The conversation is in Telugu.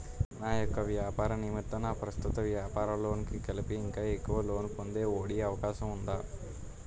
నా యెక్క వ్యాపార నిమిత్తం నా ప్రస్తుత వ్యాపార లోన్ కి కలిపి ఇంకా ఎక్కువ లోన్ పొందే ఒ.డి అవకాశం ఉందా?